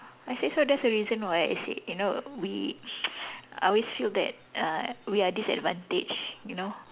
I said so that's the reason why I said you know we I always feel that uh we are disadvantaged you know